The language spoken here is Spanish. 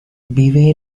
vive